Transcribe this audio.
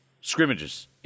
scrimmages